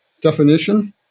definition